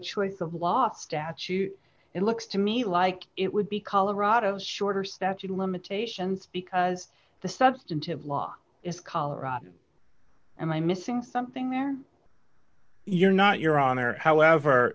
choice of law statute it looks to me like it would be colorado's shorter statute of limitations because the substantive law is colorado and i'm missing something there you're not your honor however